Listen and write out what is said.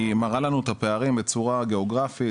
היא מראה לנו את הפערים בצורה גיאוגרפית,